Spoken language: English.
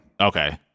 Okay